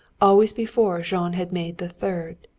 always before jean had made the third.